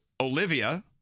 Olivia